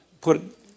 put